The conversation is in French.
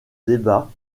débats